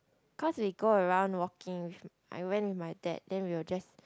cause they go around walking with I went with dad then we will just